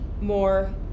more